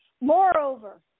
Moreover